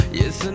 yes